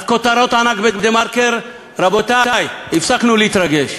אז כותרות ענק ב"דה-מרקר" רבותי, הפסקנו להתרגש.